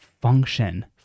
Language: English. function